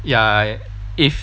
ya if